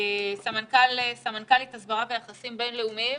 סמנכ"לית הסברה ויחסים בינלאומיים.